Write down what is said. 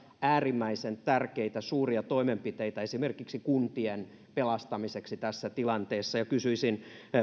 äärimmäisen tärkeitä suuria toimenpiteitä esimerkiksi kuntien pelastamiseksi tässä tilanteessa ja kysyisin